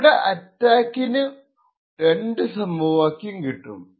ഇവിടെ അറ്റാക്കറിനു രണ്ടു സമവാക്യം കിട്ടും